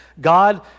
God